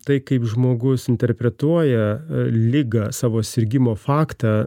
tai kaip žmogus interpretuoja ligą savo sirgimo faktą